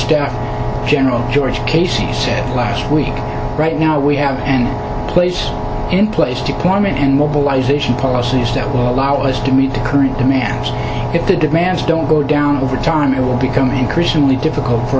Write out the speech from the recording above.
staff general george casey said last week right now we have and place in place deployment and mobilize ation policies that will allow us to meet the current demands if the demands don't go down over time it will become increasingly difficult for